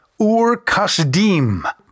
Ur-Kasdim